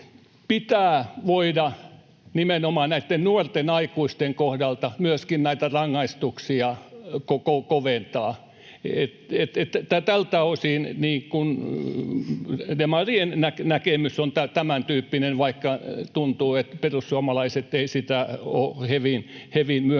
pitää voida nimenomaan näiden nuorten aikuisten kohdalta myöskin näitä rangaistuksia koventaa. Tältä osin demarien näkemys on tämäntyyppinen, vaikka tuntuu, että perussuomalaiset ei sitä ole hevin myöntämässä.